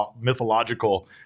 mythological